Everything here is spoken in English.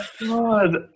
god